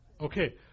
Okay